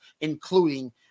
including